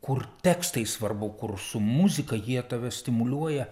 kur tekstai svarbu kur su muzika jie tave stimuliuoja